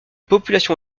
population